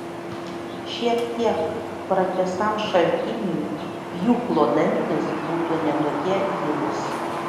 šiek tiek pratisam šaltiniui pjūklo dantys būtų ne tokie gilūs